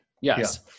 Yes